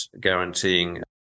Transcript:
guaranteeing